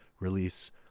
release